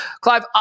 Clive